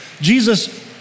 Jesus